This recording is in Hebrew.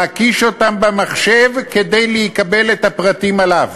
להקיש אותם במחשב כדי לקבל את הפרטים עליו.